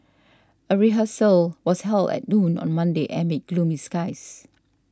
a rehearsal was held at noon on Monday amid gloomy skies